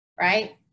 right